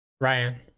Ryan